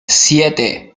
siete